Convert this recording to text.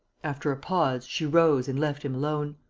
after a pause, she rose and left him alone.